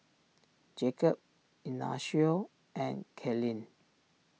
Jacob Ignacio and Kaylynn